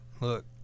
look